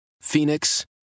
Phoenix